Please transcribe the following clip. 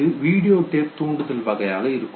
அது video tape தூண்டுதல் வகையாக இருக்கும்